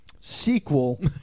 sequel